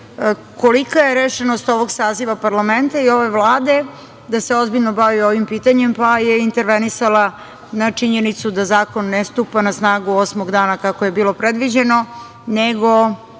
kolika je rešenost ovog saziva parlamenta i ove Vlade da se ozbiljno bavi ovim pitanjem, pa je intervenisala na činjenicu da zakon ne stupa na snagu osmog dana, kako je bilo predviđeno, nego